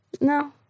No